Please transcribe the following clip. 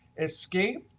escape,